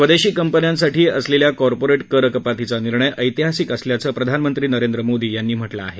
स्वदेशी कंपन्यांसाठी असलेल्या कॉर्पोरेट कर कपातीचा निर्णय ऐतिहासिक असल्याचं प्रधानमंत्री नरेंद्र मोदी यांनी म्हटलं आहे